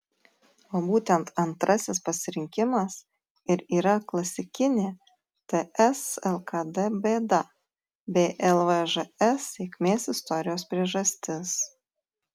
o būtent antrasis pasirinkimas ir yra klasikinė ts lkd bėda bei lvžs sėkmės istorijos priežastis